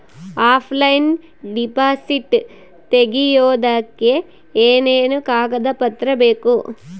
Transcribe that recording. Offline deposit ತೆಗಿಯೋದಕ್ಕೆ ಏನೇನು ಕಾಗದ ಪತ್ರ ಬೇಕು?